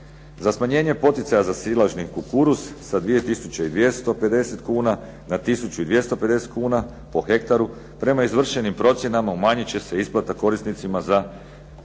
Za smanjenje poticaja za silažni kukuruz sa 2250 kuna na 1250 kuna po hektaru prema izvršenim procjenama umanjit će se isplata korisnicima za